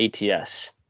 ATS